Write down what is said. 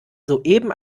soeben